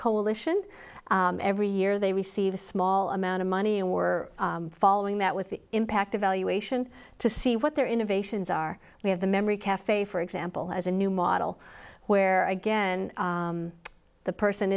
coalition every year they receive a small amount of money and we're following that with the impact evaluation to see what their innovations are we have the memory cafe for example has a new model where again the person